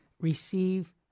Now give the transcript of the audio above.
receive